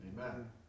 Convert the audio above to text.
Amen